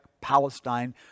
Palestine